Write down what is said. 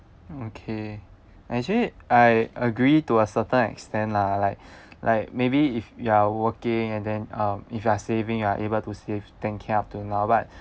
okay actually I agree to a certain extent lah like like maybe if you are working and then um if you are saving you are able to save ten K up to now but